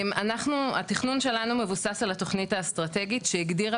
התכנון שלנו מבוסס על התוכנית האסטרטגית שהגדירה